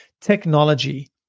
technology